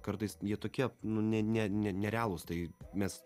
kartais jie tokie nu ne ne ne nerealūs tai mes